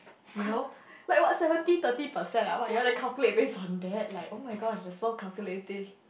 you know like what seventy thirty percent ah what you want to calculate base on that oh-my-god you are so calculative